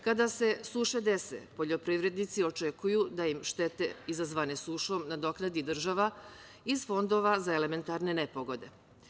Kada se suše dese, poljoprivrednici očekuju da im štete izazvane sušom nadoknadi država iz fondova za elementarne nepogode.